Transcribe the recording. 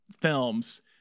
films